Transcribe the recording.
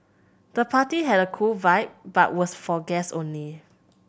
the party had a cool vibe but was for guests only